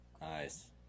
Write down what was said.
Nice